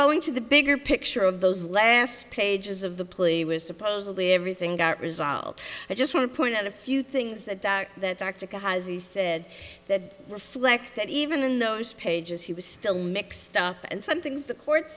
going to the bigger picture of those last pages of the play was supposedly everything got resolved i just want to point out a few things that arctica has he said that reflect that even in those pages he was still mixed up and some things the courts